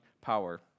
power